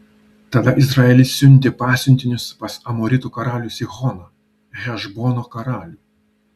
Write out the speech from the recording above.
tada izraelis siuntė pasiuntinius pas amoritų karalių sihoną hešbono karalių